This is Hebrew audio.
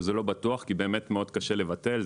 שזה לא בטוח כי מאוד קשה לבטל,